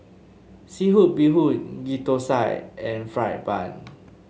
seafood Bee Hoon Ghee Thosai and fried bun